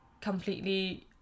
completely